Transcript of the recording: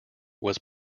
was